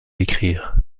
écrire